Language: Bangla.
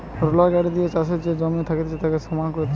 রোলার গাড়ি দিয়ে চাষের যে জমি থাকতিছে তাকে সমান করতিছে